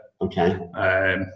okay